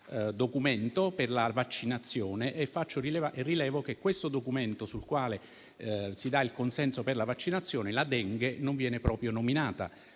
documento per la vaccinazione. Vorrei rilevare che in questo documento con cui si dà il consenso per la vaccinazione la Dengue non viene proprio nominata.